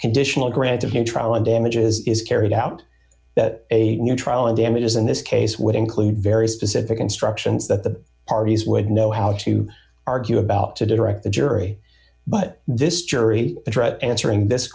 conditional grant to him on damages is carried out a new trial and damages in this case would include very specific instructions that the parties would know how to argue about to direct the jury but this jury dr answering this